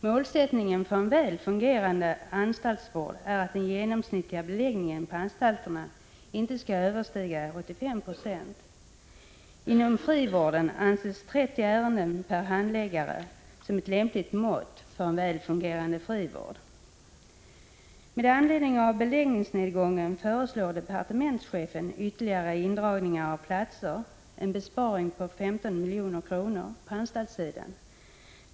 Målsättningen för en väl fungerande anstaltsvård är att den genomsnittliga beläggningen på en anstalt inte skall överstiga 85 96 av antalet platser. Inom frivården anses 30 ärenden per handläggare vara ett lämpligt mått för en väl fungerande frivård. Med anledning av beläggningsnedgången föreslår departementschefen ytterligare indragningar av platser, något som skulle innebära en besparing på 15 milj.kr. på anstaltssidan.